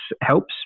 helps